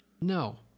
No